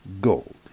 gold